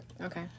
Okay